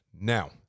Now